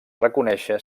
reconèixer